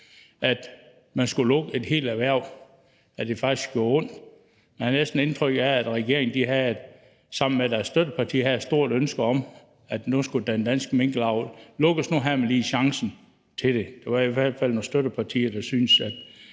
at man skulle lukke et helt erhverv, at det faktisk gjorde ondt. Man havde næsten indtrykket af, at regeringen sammen med deres støttepartier havde et stort ønske om, at nu skulle den danske minkavl lukkes, og at nu havde man lige chancen til det. Der var i hvert fald nogle støttepartier, der syntes,